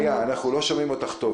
היא נקבעה ב-16 בחודש.